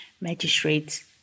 Magistrates